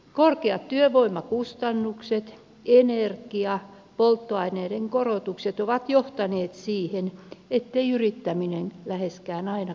korkeat työvoimakustannukset energia polttoaineiden korotukset ovat johtaneet siihen ettei yrittäminen läheskään aina kannata